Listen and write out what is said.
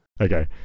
Okay